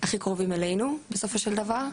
הכי קרובים אלינו בסופו של דבר.